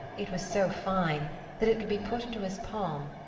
it was so fine that it could be put into his palm,